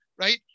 Right